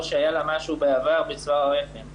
או שהיה לה משהו בעבר בצוואר הרחם.